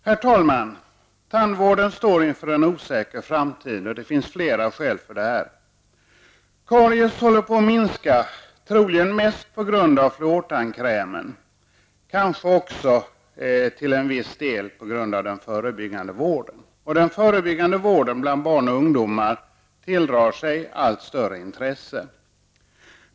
Herr talman! Tandvården står inför en osäker framtid, och det finns flera anledningar. Karies minskar, troligen tack vare fluortandkrämen och kanske delvis på grund av den förebyggande vården. Den förebyggande vården bland barn och ungdomar tilldrar sig allt större intresse.